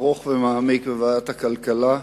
ארוך ומעמיק בוועדת הכלכלה,